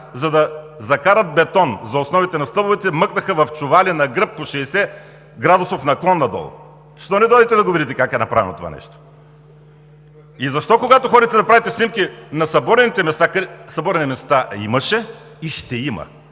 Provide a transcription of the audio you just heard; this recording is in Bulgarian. за да закарат бетон за основите на стълбовете, мъкнаха в чували на гръб по 60-градусов наклон надолу. Защо не дойдете да го видите как е направено това нещо? И защо, когато ходите да правите снимки на съборените места…? Съборени места